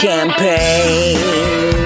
Campaign